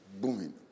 booming